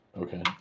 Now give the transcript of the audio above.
Okay